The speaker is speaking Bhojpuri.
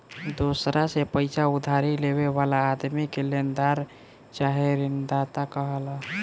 दोसरा से पईसा उधारी लेवे वाला आदमी के लेनदार चाहे ऋणदाता कहाला